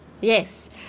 Yes